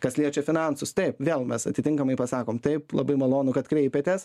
kas liečia finansus taip vėl mes atitinkamai pasakom taip labai malonu kad kreipiatės